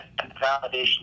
validation